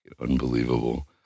Unbelievable